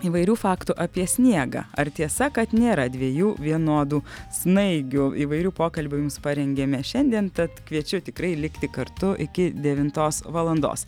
įvairių faktų apie sniegą ar tiesa kad nėra dviejų vienodų snaigių įvairių pokalbių jums parengėme šiandien tad kviečiu tikrai likti kartu iki devintos valandos